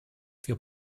wir